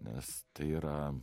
nes tai yra